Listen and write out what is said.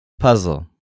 puzzle